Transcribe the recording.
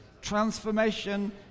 transformation